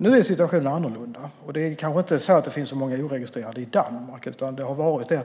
Nu är situationen annorlunda. Det kanske inte finns så många oregistrerade i Danmark, utan de har funnits i Tyskland.